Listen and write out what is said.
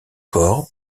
corps